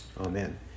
amen